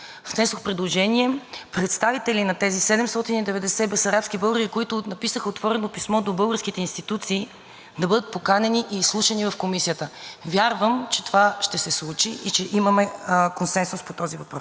да бъдат поканени и изслушани в Комисията. Вярвам, че това ще се случи и че имаме консенсус по този въпрос. Защо бесарабските българи са важни за нас? Защото свободата